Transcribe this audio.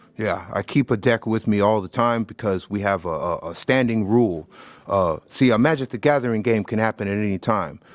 yeah. i keep a deck with me all the time because we have a standing rule of, ah. see, a magic the gathering game can happen at any time,